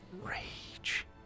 rage